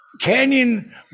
Canyon